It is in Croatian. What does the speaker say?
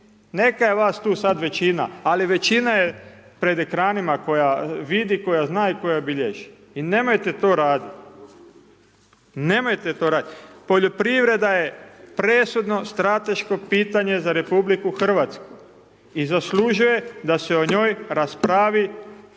Neka je vas tu sad većina, ali većina je pred ekranima koja vidi, koja zna i koja bilježi. I nemojte to raditi. Nemojte to raditi. Poljoprivreda je presudno strateško pitanje za Republiku Hrvatsku i zaslužuje da se o njoj raspravi